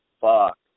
fuck